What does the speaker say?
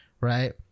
right